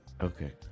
Okay